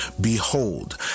behold